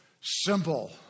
Simple